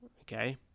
okay